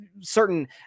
certain